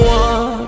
one